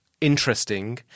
interesting